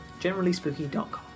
generallyspooky.com